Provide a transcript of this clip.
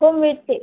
हो मिळते